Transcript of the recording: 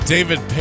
David